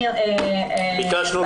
ביקשנו.